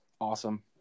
awesome